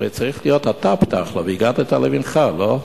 והרי צריך להיות אתה פתח לו, "והגדת לבנך", לא?